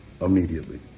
immediately